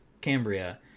Cambria